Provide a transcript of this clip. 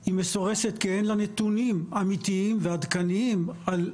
אם אנחנו כבר בדיון על תקציב וכולם שמחים על הגדלתו,